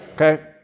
okay